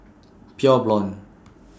Pure Blonde